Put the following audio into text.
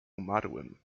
umarłym